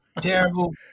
Terrible